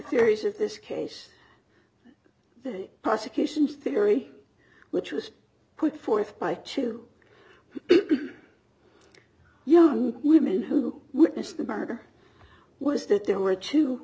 theories of this case the prosecution's theory which was put forth by two young women who witnessed the murder was that there were two